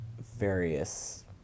various